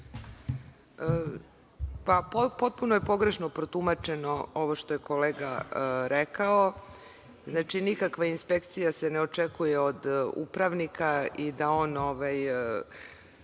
Potpuno je pogrešno protumačeno ovo što je kolega rekao. Znači, nikakva inspekcija se ne očekuje od upravnika i da on